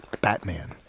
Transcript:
Batman